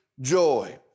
joy